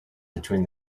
between